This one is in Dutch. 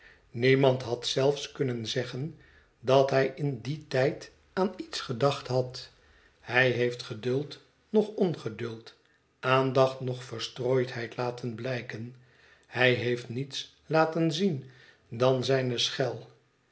niemand had zelfs kunnen zeggen dat hij in dien tijd aan iets gedacht had hij heeft geduld noch ongeduld aandacht noch verstrooidheid laten blijken hij heeft niets laten zien dan zijne